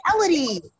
reality